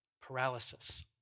paralysis